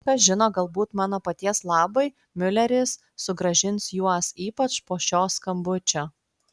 kas žino galbūt mano paties labui miuleris sugrąžins juos ypač po šio skambučio